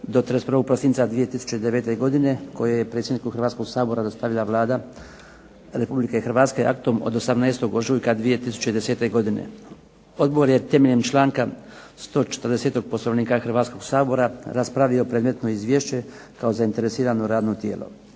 do 31. prosinca 2009. godine koje je predsjedniku Hrvatskoga sabora dostavila Vlada Republike Hrvatske aktom od 18. ožujka 2010. godine. Odbor je temeljem članka 140. Poslovnika Hrvatskog sabora raspravio predmetno izvješće kao zainteresirano radno tijelo.